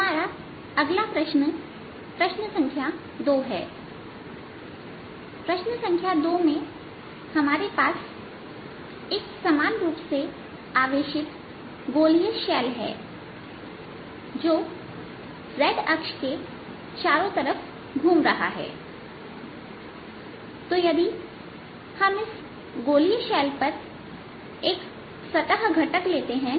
हमारा अगला प्रश्न प्रश्न संख्या 2 है प्रश्न संख्या दो हमारे पास एक समान रुप से आवेशित गोलीय शैल है जो z अक्ष के चारों ओर घूम रहा है तो यदि हम इस गोलीय शैल पर एक सतह घटक लेते हैं